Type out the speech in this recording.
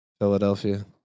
Philadelphia